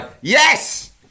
yes